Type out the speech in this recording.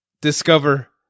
discover